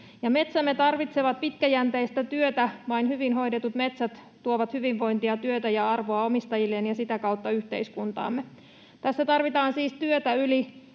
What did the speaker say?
Metsämme tarvitsevat pitkäjänteistä työtä; vain hyvin hoidetut metsät tuovat hyvinvointia, työtä ja arvoa omistajilleen ja sitä kautta yhteiskuntaamme. Tässä tarvitaan siis työtä yli